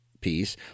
piece